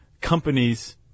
companies